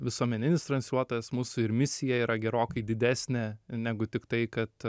visuomeninis transliuotojas mūsų ir misija yra gerokai didesnė negu tiktai kad